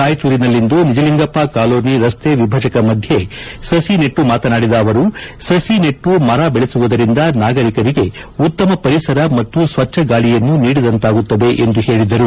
ರಾಯಚೂರಿನಲ್ಲಿಂದು ನಿಜಲಿಂಗಪ್ಪ ಕಾಲೋನಿ ರಸ್ತೆ ವಿಭಜಕ ಮಧ್ಯ ಸಸ ನೆಟ್ಟು ಮಾತನಾಡಿದ ಅವರು ಸಸಿ ನೆಟ್ಟು ಮರ ಬೆಳೆಸುವುದರಿಂದ ನಾಗರಿಕರಿಗೆ ಉತ್ತಮ ಪರಿಸರ ಮತ್ತು ಸ್ವಚ್ಚ ಗಾಳಿಯನ್ನು ನೀಡಿದಂತಾಗುತ್ತದೆ ಎಂದು ಹೇಳಿದರು